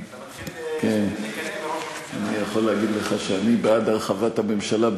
אני יכול להגיד לך שאני בעד הרחבת הממשלה,